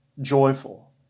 joyful